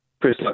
Chris